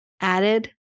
added